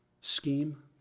scheme